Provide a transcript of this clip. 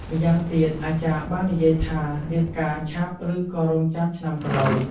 ម្យ៉ាងទៀតអាចារ្យបាននិយាយថារៀបការឆាប់ឬក៏រងចាំឆ្នាំក្រោយ។